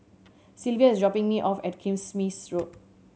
Silvia is dropping me off at Kismis Road